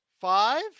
Five